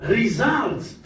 results